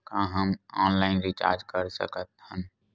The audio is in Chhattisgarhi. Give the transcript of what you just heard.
का हम ऑनलाइन रिचार्ज कर सकत हन?